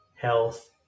health